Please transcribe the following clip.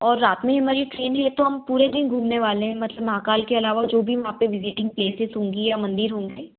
और रात में हमारी ट्रेन है तो हम पूरे दिन घूमने वाले हैं मतलब महाकाल के अलावा जो भी वहाँ पे विजिटिंग प्लेसेस होंगी या मंदिर होंगे